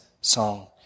song